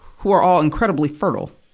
who are all incredibly fertile,